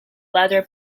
leather